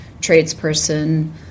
tradesperson